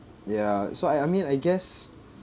ya so I I mean I guess